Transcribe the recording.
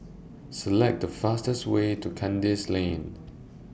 Select The fastest Way to Kandis Lane